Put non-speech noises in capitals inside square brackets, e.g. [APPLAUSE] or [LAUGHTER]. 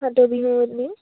[UNINTELLIGIBLE]